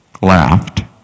laughed